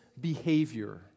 behavior